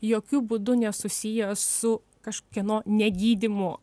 jokiu būdu nesusiję su kažkieno negydymu